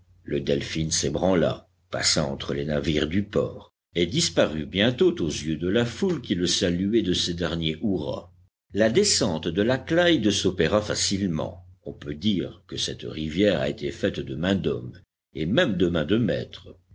le delphin s'ébranla passa entre les navires du port et disparut bientôt aux yeux de la foule qui le saluait de ses derniers hurrahs la descente de la clyde s'opéra facilement on peut dire que cette rivière a été faite de main d'homme et même de main de maître